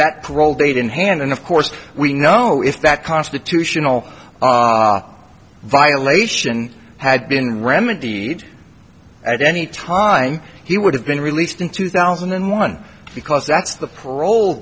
parole date in hand and of course we know if that constitutional violation had been remedied at any time he would have been released in two thousand and one because that's the parole